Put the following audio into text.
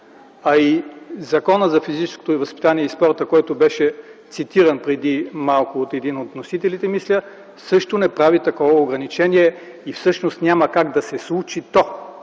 и в Закона за физическото възпитание и спорта, който беше цитиран преди малко от един от вносителите мисля, също не прави такова ограничение. Всъщност то няма как да се случи,